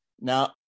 Now